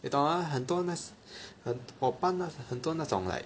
你懂啊很多那些很我班很多那种 like